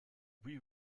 oui